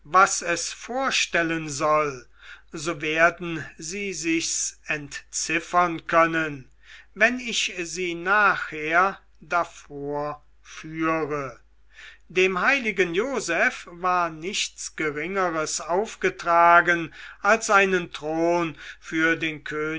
was es vorstellen soll so werden sie sich's entziffern können wenn ich sie nachher davor führe dem heiligen joseph war nichts geringeres aufgetragen als einen thron für den